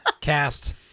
Cast